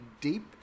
deep